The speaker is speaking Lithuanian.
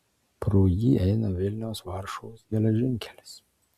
pro jį eina vilniaus varšuvos geležinkelis